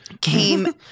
Came